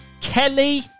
Kelly